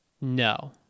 No